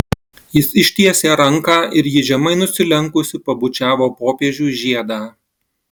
jis ištiesė ranką ir ji žemai nusilenkusi pabučiavo popiežiui žiedą